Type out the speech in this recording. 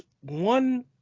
one